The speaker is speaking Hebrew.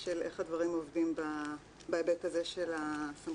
של איך הדברים עובדים בהיבט הזה של הסמכויות